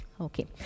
Okay